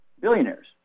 billionaires